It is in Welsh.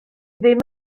ddim